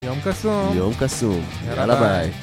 יום כסוף! יום כסוף! יאללה ביי!